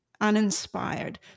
uninspired